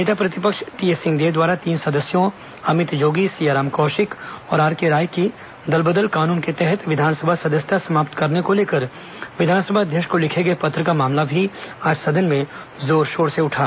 नेता प्रतिपक्ष टीएस सिंहदेव द्वारा तीन सदस्यों अमित जोगी सियाराम कौशिक और आरके राय की दल बदल कानून के तहत विधानसभा सदस्यता समाप्त करने को लेकर विधानसभा अध्यक्ष को लिखे गए पत्र का मामला भी आज सदन में जोर शोर से उठा